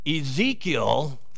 Ezekiel